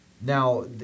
Now